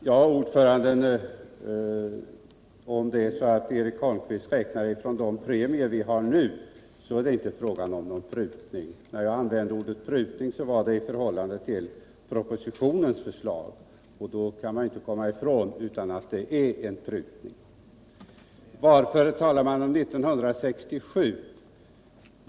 Herr talman! Om det är så att Eric Holmqvist räknar från de premier vi har nu, är det inte fråga om prutning. När jag använde ordet prutning var det i förhållande till propositionens förslag, och då kan man inte komma ifrån att det är en prutning. Varför talar vi om 1967?